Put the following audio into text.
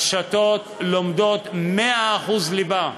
הרשתות לומדות 100% ליבה,